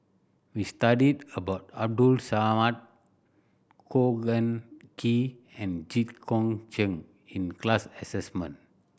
we studied about Abdul Samad Khor Ean Ghee and Jit Koon Ch'ng in class assignment